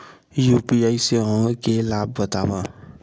UPI सेवाएं के लाभ बतावव?